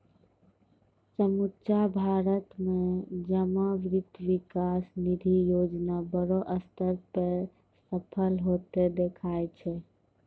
समुच्चा भारत मे जमा वित्त विकास निधि योजना बड़ो स्तर पे सफल होतें देखाय छै